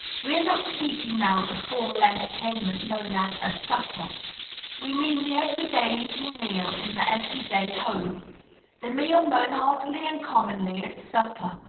we are not speaking now of the formal entertainment known as a supper we mean the every-day evening meal in the every-day home the meal known heartily and commonly as supper,